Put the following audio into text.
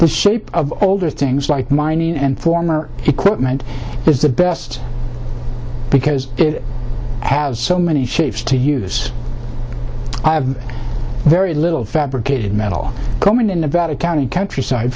the shape of older things like mining and former equipment is the best because it has so many shifts to use i have very little fabricated metal coming to nevada county countryside